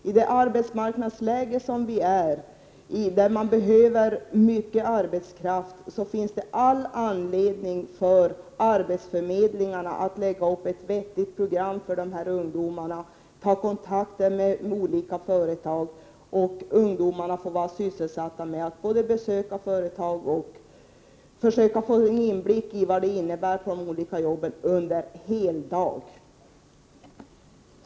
I dagens arbetsmarknadsläge, när företagen behöver mycket arbetskraft, finns det all anledning för arbetsförmedlingarna att lägga upp ett vettigt program för ungdomarna och ta kontakter med olika företag och att ungdomarna får vara sysselsatta med att besöka företag och försöka få en inblick i vad det innebär att arbeta där under en hel dag.